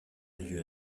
lieu